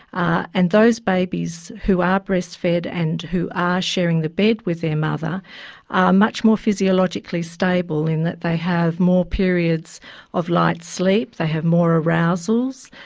ah and those babies who are breastfed and who are sharing the bed with their mother are much more physiologically stable in that they have more periods of light sleep, they have more arousals,